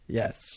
yes